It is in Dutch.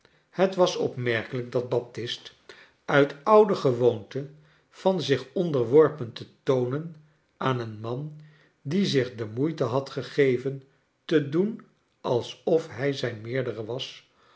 het was opmerkelijk dat baptist uit oude gewoonte van zich onderworpen te toonen aan een man die zich de rnoeite had gegeven te docn alsof hij zijn rneerdere was